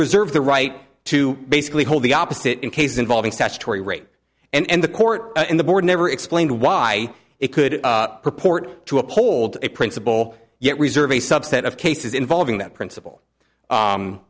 reserve the right to basically hold the opposite in cases involving statutory rape and the court and the board never explained why it could purport to uphold a principle yet reserve a subset of cases involving that principle